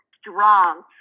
strong